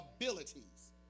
abilities